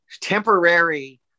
temporary